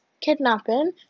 kidnapping